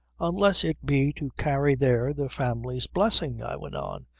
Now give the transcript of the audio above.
unless it be to carry there the family's blessing, i went on,